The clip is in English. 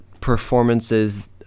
performances